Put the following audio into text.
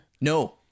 No